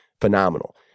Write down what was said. phenomenal